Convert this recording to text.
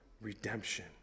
redemption